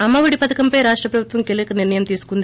అమ్మఒడి పథకంపై రాష్ట ప్రభుత్వం కీలక నిర్ణయం తీసుకుంది